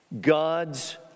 God's